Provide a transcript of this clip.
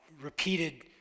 repeated